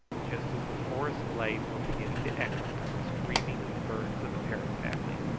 just as the forest glades were beginning to echo with the screaming of birds of the parrot family,